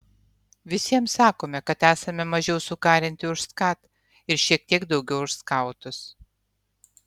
visiems sakome kad esame mažiau sukarinti už skat ir šiek tiek daugiau už skautus